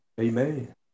Amen